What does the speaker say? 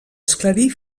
esclarir